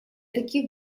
таких